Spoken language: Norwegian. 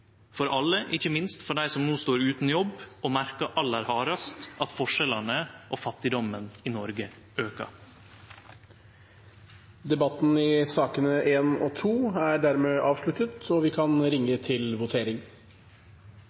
for alle, ikkje minst for dei som no står utan jobb og merkar aller hardast at forskjellane og fattigdomen i Noreg aukar. Flere har ikke bedt om ordet til sakene nr. 1 og 2. Da er Stortinget klar til å gå til votering